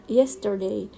yesterday